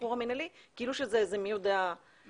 השחרור המינהלי כאילו שזה איזה מי יודע בשורה.